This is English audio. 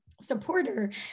supporter